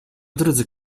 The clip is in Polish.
drudzy